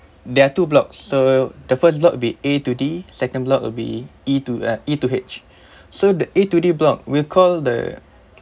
there're two block so the first block would be A to D second block would be E to ah E to H so the A to D block will call the